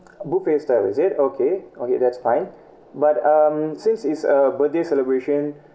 buffet style is it okay okay that's fine but um since it's a birthday celebration